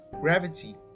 gravity